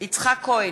יצחק כהן,